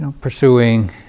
pursuing